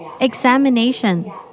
examination